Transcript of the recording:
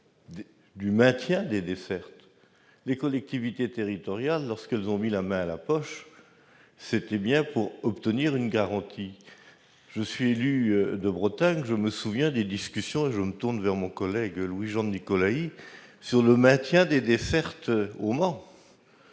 le maintien des dessertes. Si les collectivités territoriales ont mis la main à la poche, c'était pour obtenir une garantie. Élu de Bretagne, je me souviens des discussions- je me tourne vers mon collègue Louis-Jean de Nicolaÿ -sur le maintien de la desserte du Mans.